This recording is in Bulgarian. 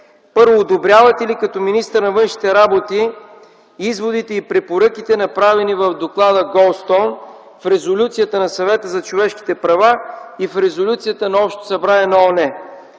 Първо, одобрявате ли като министър на външните работи изводите и препоръките, направени в доклада „Голдстоун”, в резолюцията на Съвета за човешките права и в резолюцията на Общото събрание на ООН?